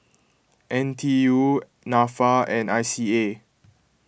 N T U Nafa and I C A